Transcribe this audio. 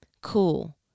cool